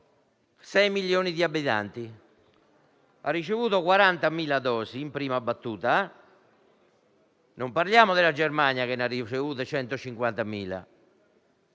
6 milioni di abitanti ed ha ricevuto 40.000 dosi in prima battuta; non parliamo della Germania, che ne ha ricevute 150.000.